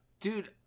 Dude